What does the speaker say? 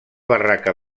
barraca